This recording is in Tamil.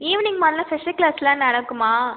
ஈவ்னிங் மார்னிங்லாம் ஸ்பெஷல் கிளாஸ்லாம் நடக்குமா